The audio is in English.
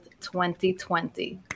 2020